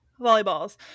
Volleyballs